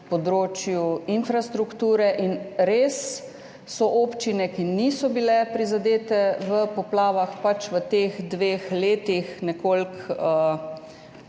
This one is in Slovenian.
področju infrastrukture. Res so občine, ki niso bile prizadete v poplavah, pač v teh dveh letih nekoliko